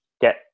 get